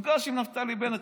אני נפגש עם נפתלי בנט,